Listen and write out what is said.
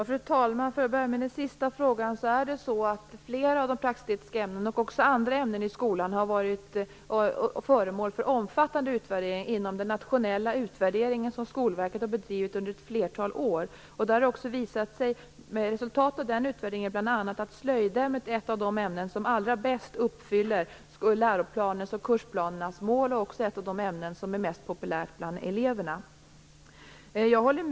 Fru talman! För att börja med den sista frågan är det så att flera av de praktiska ämnena liksom också andra ämnen i skolan har varit föremål för en omfattande genomgång inom den nationella utvärdering som Skolverket har bedrivit under ett flertal år. Resultatet av den utvärderingen är bl.a. att slöjdämnet är ett av de ämnen som allra bäst uppfyller läroplanens och kursplanernas mål. Det är också ett av de mest populära ämnena bland eleverna. Fru talman!